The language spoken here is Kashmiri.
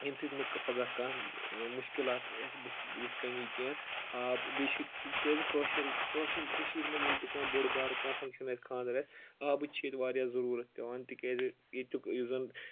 ییٚمہِ سۭتۍ نہٕ پَگہہ کانٛہہ مُشکِلات اَسہِ بٕتھِ کٔنۍ یی کینٛہہ آب بیٚیہِ چھِ تِکیازِ کٲشِر کٲشِر کٔشیٖر منٛز ییٚلہِ تہِ کانٛہہ بوٚڑ بارٕ کانٛہہ فنٛگشَن آسہِ خانٛدَر آسہِ آبٕچ چھِ ییٚتہِ واریاہ ضروٗرت پیٚوان تِکیازِ ییٚتیُک یُس زَن